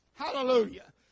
Hallelujah